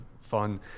fun